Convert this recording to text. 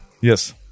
Yes